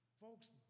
Folks